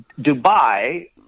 Dubai